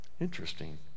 Interesting